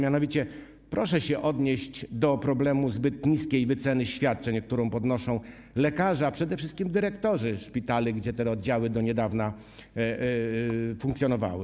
Mianowicie proszę się odnieść do problemu zbyt niskiej wyceny świadczeń, którą podnoszą lekarze, a przede wszystkim dyrektorzy szpitali, gdzie te oddziały do niedawna funkcjonowały.